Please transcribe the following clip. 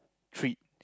treat